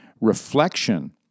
reflection